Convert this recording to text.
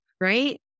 Right